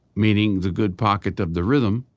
meaning the good pocket of the rhythm.